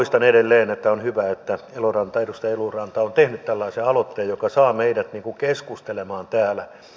toistan edelleen että on hyvä että edustaja eloranta on tehnyt tällaisen aloitteen joka saa meidät keskustelemaan täällä